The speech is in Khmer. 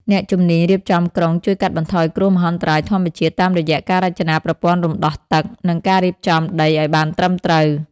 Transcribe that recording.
អ្នកជំនាញរៀបចំក្រុងជួយកាត់បន្ថយគ្រោះមហន្តរាយធម្មជាតិ តាមរយៈការរចនាប្រព័ន្ធរំដោះទឹក និងការរៀបចំដីឱ្យបានត្រឹមត្រូវ។